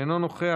אינו נוכח,